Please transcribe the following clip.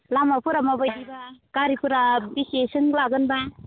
लामाफोरा माबायदिबा गारिफोरा बेसेसिम लागोनबा